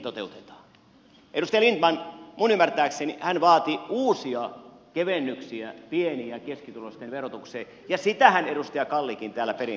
edustaja lindtman minun ymmärtääkseni hän vaati uusia kevennyksiä pieni ja keskituloisten verotukseen ja sitähän edustaja kallikin täällä peräänkuulutti